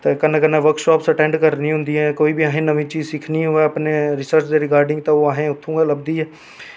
ते कन्नै workshop attend करा ना ऐ कोई बी असें गी नमीं चीज सिक्खनी होंदी ऐ कन्नै रिसर्च दे रिगार्डिंग ते ओह् असें गी उत्थूं गै लभदी